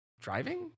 driving